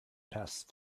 passed